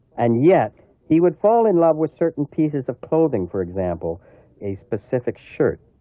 and yet he would fall in love with certain pieces of clothing for example a specific shirt,